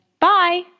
Bye